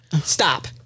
Stop